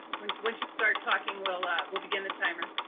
once you start talking, we'll ah we'll begin the timer.